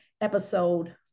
episode